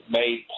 made